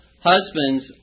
Husbands